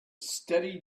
steady